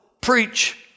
preach